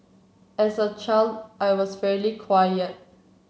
as a child I was fairly quiet